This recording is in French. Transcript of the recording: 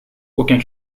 aucun